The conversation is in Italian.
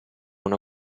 una